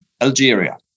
Algeria